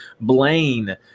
Blaine